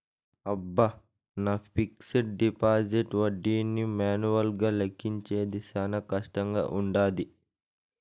అబ్బ, నా fixed deposit ఒడ్డీని మాన్యువల్గా లెక్కించేది శానా కష్టంగా వుండాది